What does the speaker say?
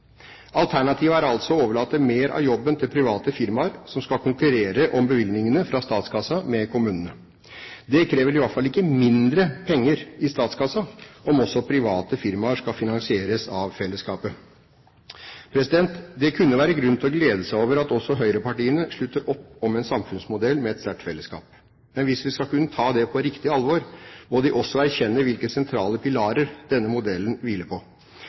Alternativet er altså å overlate mer av jobben til private firmaer som skal konkurrere med kommunene om bevilgningene fra statskassen. Det krever i hvert fall ikke mindre penger i statskassen om også private firmaer skal finansieres av fellesskapet. Det kunne være grunn til å glede seg over at også høyrepartiene slutter opp om en samfunnsmodell med et sterkt fellesskap. Men hvis vi skal kunne ta det på riktig alvor, må de også erkjenne hvilke sentrale pilarer denne modellen hviler på.